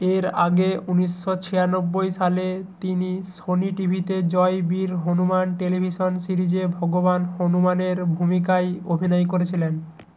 এর আগে উনিশশো ছিয়ানব্বই সালে তিনি সোনি টিভিতে জয় বীর হনুমান টেলিভিশন সিরিজে ভগবান হনুমানের ভূমিকায় অভিনয় করেছিলেন